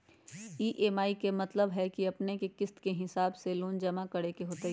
EMI के मतलब है कि अपने के किस्त के हिसाब से लोन जमा करे के होतेई?